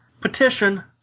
Petition